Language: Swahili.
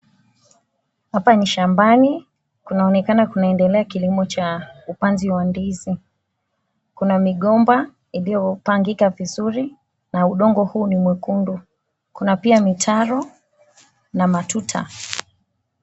Hapa ni shambani, kunaonekana kunaendelea kilimo cha upanzi wa ndizi. Kuna migomba iliyopangika vizuri na udongo huu ni mwekundu, kuna pia mitaro na matuta.